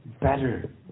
better